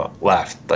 left